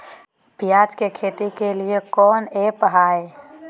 प्याज के खेती के लिए कौन ऐप हाय?